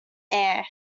air